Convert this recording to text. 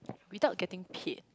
without getting paid